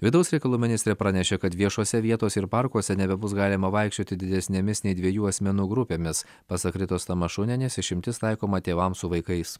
vidaus reikalų ministrė pranešė kad viešose vietose ir parkuose nebebus galima vaikščioti didesnėmis nei dviejų asmenų grupėmis pasak ritos tamašunienės išimtis taikoma tėvams su vaikais